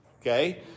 okay